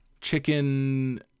chicken